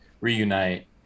reunite